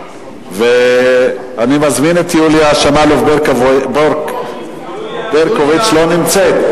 אני מזמין את יוליה שמאלוב-ברקוביץ, לא נמצאת.